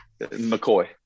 McCoy